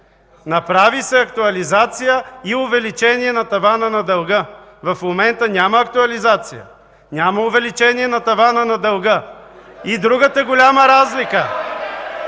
Направи се актуализация и увеличение на тавана на дълга. В момента няма актуализация, няма увеличение на тавана на дълга. (Шум и реплики